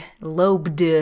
Lobed